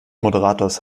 moderators